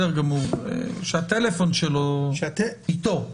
שהטלפון שלו אתו.